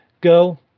go